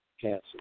cancer